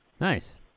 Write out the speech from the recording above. Nice